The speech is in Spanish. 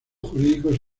jurídicos